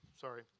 Sorry